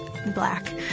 Black